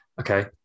Okay